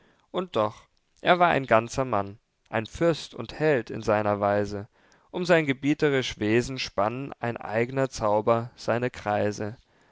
und doch er war ein ganzer mann ein fürst und held in seiner weise um sein gebietrisch wesen spann ein eigner zauber seine kreise